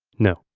no.